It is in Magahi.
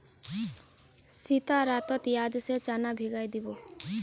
सीता रातोत याद से चना भिगइ दी बो